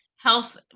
health